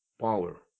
power